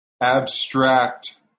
abstract